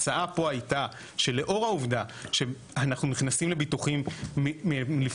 ההצעה פה הייתה שלאור העובדה שאנחנו נכנסים לביטוחים מ-2016